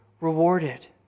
rewarded